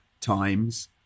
times